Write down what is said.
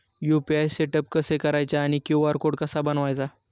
UPI setup कसे करायचे आणि क्यू.आर कोड कसा बनवायचा?